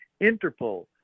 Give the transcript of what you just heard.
Interpol